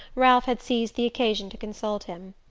ralph had seized the occasion to consult him.